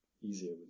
easier